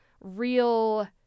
real